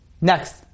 Next